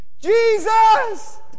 Jesus